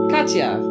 Katya